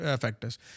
factors